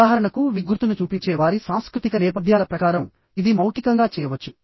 ఉదాహరణకు V గుర్తును చూపించే వారి సాంస్కృతిక నేపథ్యాల ప్రకారం ఇది మౌఖికంగా చేయవచ్చు